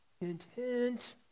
intent